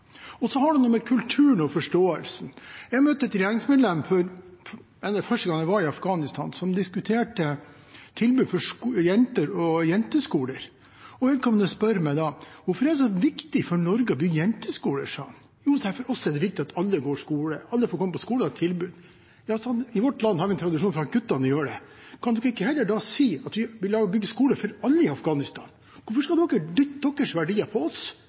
har noe med kulturen og med forståelsen å gjøre. Første gang jeg var vi Afghanistan, møtte jeg et regjeringsmedlem som jeg diskuterte tilbud for jenter og jenteskoler med. Vedkommende spurte meg hvorfor det var så viktig for Norge å bygge jenteskoler. Jeg sa at for oss er det viktig at alle får gå på skole og ha et tilbud. Ja, sa han, men i vårt land har vi tradisjon for at guttene gjør det, kan vi ikke da heller si at vi bygger skoler for alle i Afghanistan? Hvorfor skal dere dytte deres verdier på oss?